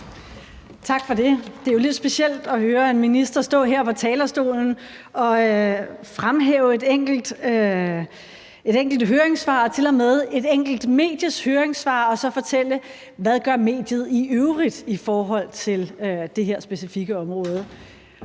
Tak for det. Det er jo lidt specielt at høre en minister stå her på talerstolen og fremhæve et enkelt høringssvar, tilmed et enkelt medies høringssvar, og så fortælle, hvad mediet i øvrigt gør i forhold til det her specifikke område.